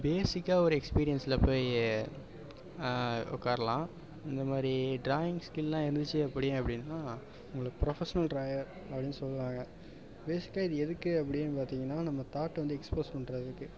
பேசிக்காக ஒரு எக்ஸ்பீரியன்ஸில் போய் உக்காரலாம் இந்த மாதிரி ட்ராயிங் ஸ்கில்லுலாம் இருந்துச்சு அப்படி அப்படின்னா உங்களை ப்ரொபஷனல் ட்ராயர் அப்படின்னு சொல்வாங்க பேசிக்காக இது எதுக்கு அப்படின்னு பார்த்தீங்கன்னா வந்து நம்ம தாட்டை வந்து எக்ஸ்போஸ் பண்ணுறதுக்கு